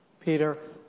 Peter